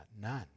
none